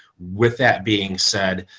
with that being said,